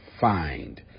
find